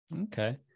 okay